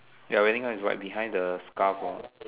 ya wedding gown is right behind the scarf ah